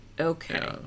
okay